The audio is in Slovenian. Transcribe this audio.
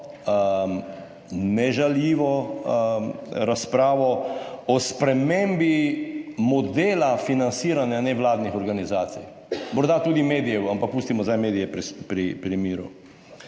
ne žaljivo razpravo o spremembi modela financiranja nevladnih organizacij, morda tudi medijev. Ampak pustimo zdaj medije pri miru.